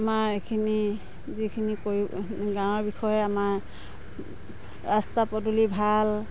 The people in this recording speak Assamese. আমাৰ এইখিনি যিখিনি কৰিব গাঁৱৰ বিষয়ে আমাৰ ৰাস্তা পদূলি ভাল